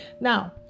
Now